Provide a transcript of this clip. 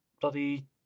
bloody